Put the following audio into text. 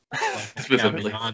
Specifically